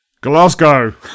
glasgow